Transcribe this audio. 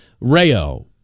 Rayo